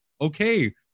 Okay